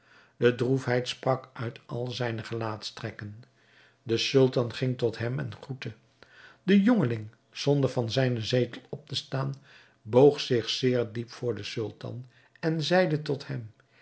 de droefheid sprak uit al zijne gelaatstrekken de sultan ging tot hem en groette de jongeling zonder van zijnen zetel op te staan boog zich zeer diep voor den sultan en zeide tot hem